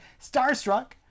Starstruck